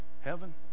Heaven